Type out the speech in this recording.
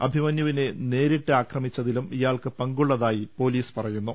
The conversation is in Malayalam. അഭിമന്യുവിനെ നേരിട്ട് ആക്രമിച്ചതിലും ഇയാൾക്ക് പങ്കുള്ളതായി പൊലിസ് പറയുന്നു